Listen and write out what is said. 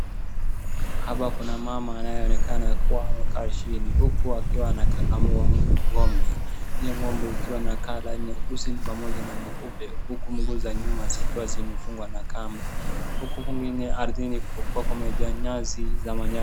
Hapa kuna mama anyeonekana amekaa chini huku akiwa anakamua ng'ombe. Hiyo ng'ombe ikiwa na colour nyeusi pamoja na nyeupe huku mguu za nyuma zikiwa zimefungwa na kamba. Huku kwingine ardhini kukiwa kumejaa nyasi za majani.